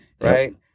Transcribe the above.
Right